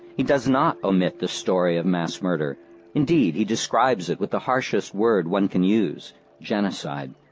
he does not omit the story of mass murder indeed, he describes it with the harshest word one can use genocide.